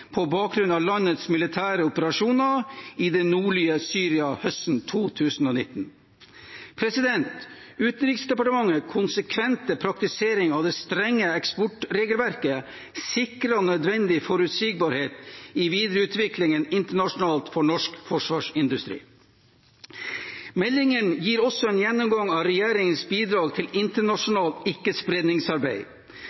på bakgrunn av landets militære operasjoner i det nordlige Syria høsten 2019. Utenriksdepartementets konsekvente praktisering av det strenge eksportregelverket sikrer nødvendig forutsigbarhet i videreutviklingen internasjonalt for norsk forsvarsindustri. Meldingen gir også en gjennomgang av regjeringens bidrag til